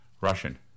Russian